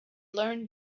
learned